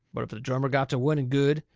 but if the drummer got to winning good,